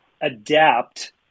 adapt